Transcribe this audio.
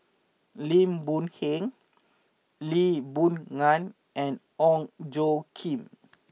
Lim Boon Heng Lee Boon Ngan and Ong Tjoe Kim